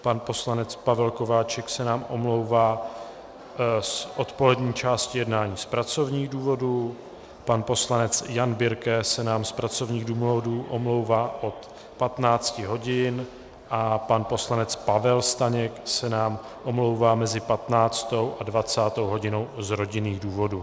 Pan poslanec Pavel Kováčik se nám omlouvá z odpolední části jednání z pracovních důvodů, pan poslanec Jan Birke se nám z pracovních důvodů omlouvá od 15 hodin a pan poslanec Pavel Staněk se nám omlouvá mezi 15. a 20. hodinou z rodinných důvodů.